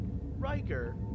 Riker